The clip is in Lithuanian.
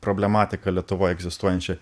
problematiką lietuvoj egzistuojančią